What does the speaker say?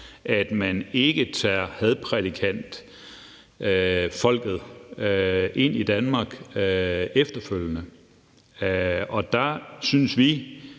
at man ikke tager hadprædikantfolkene ind i Danmark efterfølgende. Der synes, vi